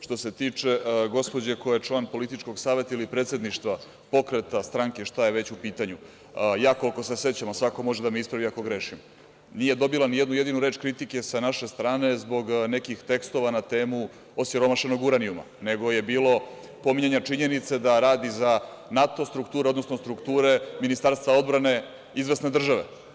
Što se tiče gospođe koja je član političkog saveta ili predsedništva pokreta stranke, ili šta je već u pitanju, ja koliko se sećam, a svako može da me ispravi ako grešim, nije dobila nijednu jedinu reč kritike sa naše strane zbog nekih tekstova na temu osiromašenog uranijuma, nego je bilo pominjanja činjenice da radi za NATO strukturu, odnosno strukture Ministarstva odbrane izvesne države.